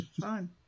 Fine